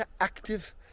active